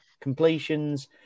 completions